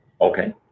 Okay